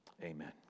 amen